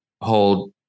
hold